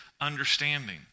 understanding